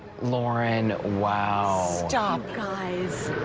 lauren, wow! stop, guys!